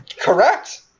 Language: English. Correct